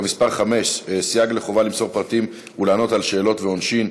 (מס' 5) (סייג לחובה למסור פרטים ולענות על שאלות ועונשין),